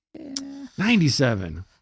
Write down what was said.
97